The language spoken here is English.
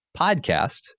podcast